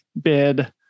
bid